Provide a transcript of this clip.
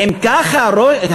הן יותר עניות.